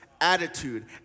attitude